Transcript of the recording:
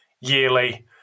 yearly